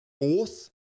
fourth